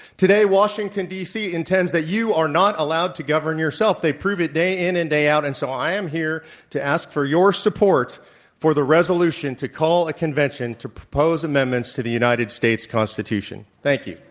today, washington, d. c, intends that you are not allowed to govern yourself. they prove it day in and day out and so i am here to ask for your support for the resolution to call the convention to propose amendments to the united states constitution. thank you.